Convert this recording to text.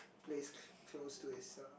places close to itself